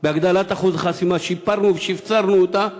בהגדלת אחוז החסימה, שיפרנו ושפצרנו אותה,